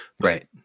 Right